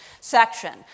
section